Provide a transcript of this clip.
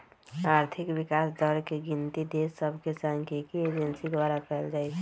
आर्थिक विकास दर के गिनति देश सभके सांख्यिकी एजेंसी द्वारा कएल जाइ छइ